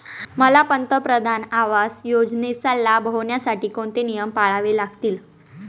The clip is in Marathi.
मला पंतप्रधान आवास योजनेचा लाभ घेण्यासाठी कोणते नियम पाळावे लागतील?